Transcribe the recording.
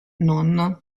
non